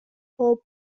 pob